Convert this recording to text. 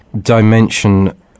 dimension